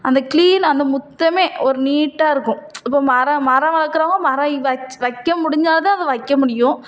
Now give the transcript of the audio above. அந்த க்ளீன் அந்த முத்தமே ஒரு நீட்டாக இருக்கும் இப்போ மரம் மரம் வளர்க்கறவங்க மரம் வச் வைக்க முடிஞ்சால் தான் அது வைக்க முடியும்